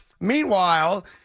Meanwhile